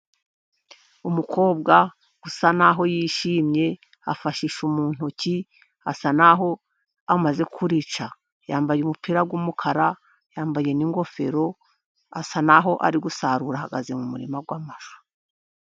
Umukobwa usa n'aho yishimye afashe ishu mu ntoki, asa n'aho amaze kurica. Yambaye umupira w'umukara, yambaye n'ingofero. Asa n'aho ari gusarura, ahagaze mu murima w'amashu.